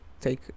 take